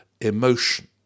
emotion